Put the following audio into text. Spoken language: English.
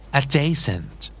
adjacent